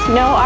no